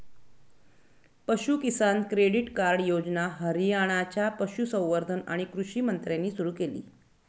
पशु किसान credit card योजना हरियाणाच्या पशुसंवर्धन आणि कृषी मंत्र्यांनी सुरू केली